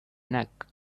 neck